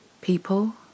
people